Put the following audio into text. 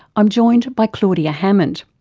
i'm joined by claudia hammond.